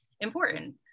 important